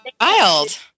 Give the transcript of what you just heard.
wild